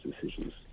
decisions